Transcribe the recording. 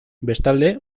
bestalde